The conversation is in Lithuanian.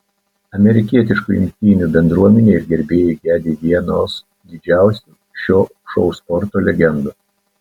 amerikietiškų imtynių bendruomenė ir gerbėjai gedi vienos didžiausių šio šou sporto legendų